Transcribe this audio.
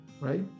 right